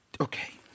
okay